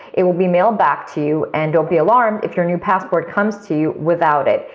it will be mailed back to you, and don't be alarmed if your new passport comes to you without it.